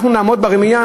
אנחנו נעמוד ברמייה?